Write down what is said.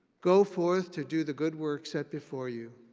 go forth to do the good work set before you,